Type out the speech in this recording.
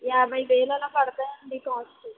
యాభై వేలు అలా పడుతుందండి కాస్ట్